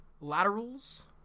Laterals